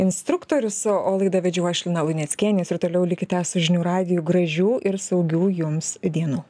instruktorius o o laidą vedžiau aš lina luneckienė jūs ir toliau likite su žinių radiju gražių ir saugių jums dienų